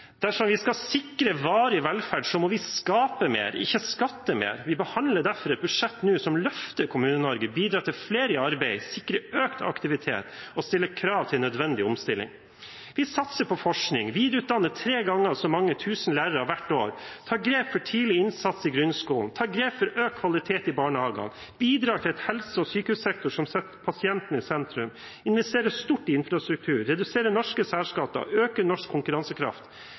Dersom vi skal sikre varig velferd, må vi skape mer – ikke skatte mer. Vi behandler derfor et budsjett nå som løfter Kommune-Norge, bidrar til flere i arbeid, sikrer økt aktivitet og stiller krav til nødvendig omstilling. Vi satser på forskning, videreutdanner tre ganger så mange tusen lærere hvert år, tar grep for tidlig innsats i grunnskolen, tar grep for økt kvalitet i barnehagene, bidrar til en helse- og sykehussektor som setter pasienten i sentrum, investerer stort i infrastruktur, reduserer norske særskatter, øker norsk konkurransekraft